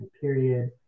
period